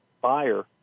buyer